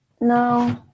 No